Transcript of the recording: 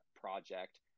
project